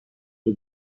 suo